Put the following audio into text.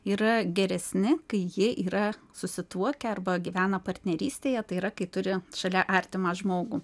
yra geresni kai jie yra susituokę arba gyvena partnerystėje tai yra kai turi šalia artimą žmogų